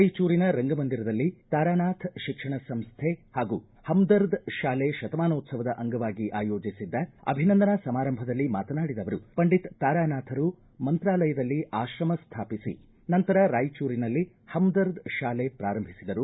ರಾಯಚೂರಿನ ರಂಗಮಂದಿರದಲ್ಲಿ ತಾರಾನಾಥ ಶಿಕ್ಷಣ ಸಂಸ್ಥೆ ಹಾಗೂ ಪಮ್ ದರ್ದ್ ಶಾಲೆ ಶತಮಾನೋತ್ಸವದ ಅಂಗವಾಗಿ ಆಯೋಜಿಸಿದ್ದ ಅಭಿನಂದನಾ ಸಮಾರಂಭದಲ್ಲಿ ಮಾತನಾಡಿದ ಅವರು ಪಂಡಿತ್ ತಾರಾನಾಥರು ಮಂತ್ರಾಲಯದಲ್ಲಿ ಆಶ್ರಮ ಸ್ಥಾಪಿಸಿ ನಂತರ ರಾಯಚೂರಿನಲ್ಲಿ ಹಮ್ ದರ್ದ್ ಶಾಲೆ ಪೂರಂಭಿಸಿದರು